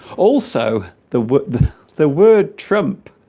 also the word the word trump